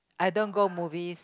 I don't go movies